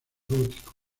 gótico